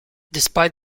despite